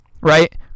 right